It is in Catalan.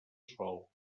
sol